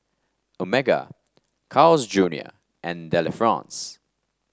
Omega Carl's Junior and Delifrance